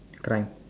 crime